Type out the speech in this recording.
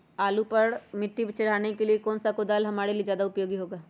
आलू पर मिट्टी चढ़ाने के लिए कौन सा कुदाल हमारे लिए ज्यादा उपयोगी होगा?